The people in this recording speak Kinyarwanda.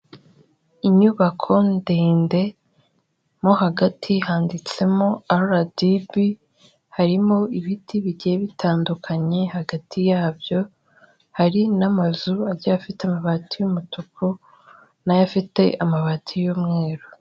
Inyubako ndende mo hagati handitsemo aradibi harimo ibiti bigiye bitandukanye hagati yabyo hari n'amazu agiye afite amabati y'umutuku n'ayo afite amabati y'umweru.